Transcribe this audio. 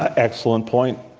ah excellent point.